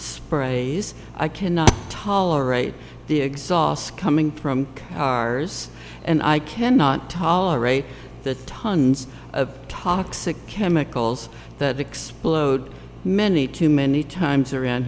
sprays i cannot tolerate the exhaust coming from ours and i can not tolerate the tons of toxic chemicals that explode many too many times around